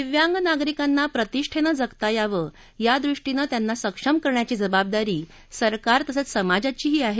दिव्यांग नागरिकांना प्रतिष्ठर्षीजगता यावं यादृष्टीनं त्यांना सक्षम करण्याची जबाबदारी सरकार तसंच समाजाचीही आह